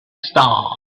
star